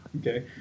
Okay